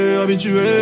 habitué